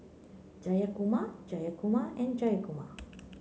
Jayakumar Jayakumar and Jayakumar